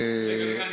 רגע,